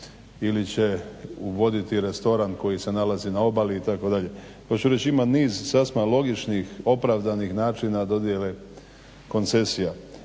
ili će uvoditi restoran koji se nalazi na obali itd. Hoću reći ima niz sasma logičnih opravdanih načina dodjele koncesija,